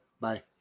bye